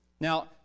Now